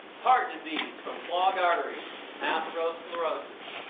heart disease from clogged arteries, atherosclerosis.